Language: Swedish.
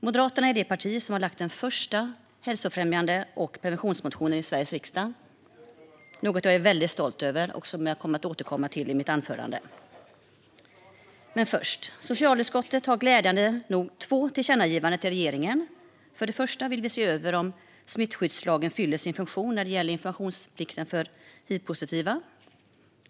Moderaterna är det parti som lagt fram den första hälsofrämjande och preventionsmotionen i Sveriges riksdag, något som jag är väldigt stolt över och som jag kommer att återkomma till i mitt anförande. Men först: Socialutskottet har glädjande nog enats om att föreslå två tillkännagivanden till regeringen. För det första vill vi se över om smittskyddslagen fyller sin funktion när det gäller informationsplikten för hivpositiva.